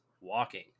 walking